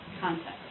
context